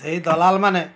ଏଇ ଦଲାଲ୍ ମାନେ